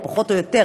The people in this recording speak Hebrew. או פחות או יותר,